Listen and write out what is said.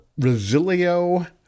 resilio